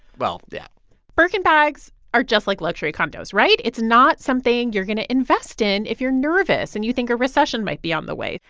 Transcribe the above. well, yeah birkin bags are just like luxury condos, right? it's not something you're going to invest in if you're nervous and you think a recession might be on the way.